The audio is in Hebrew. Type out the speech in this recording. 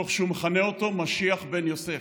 תוך שהוא מכנה אותו משיח בן יוסף.